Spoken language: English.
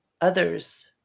others